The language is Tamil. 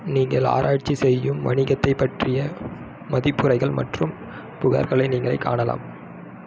நீங்கள் ஆராய்ச்சி செய்யும் வணிகத்தைப் பற்றிய மதிப்புரைகள் மற்றும் புகார்களை நீங்களே காணலாம்